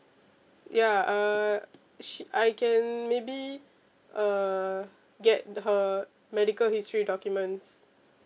ya uh sh~ I can maybe uh get her medical history documents